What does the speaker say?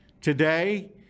Today